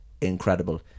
incredible